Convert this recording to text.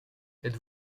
êtes